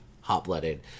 hot-blooded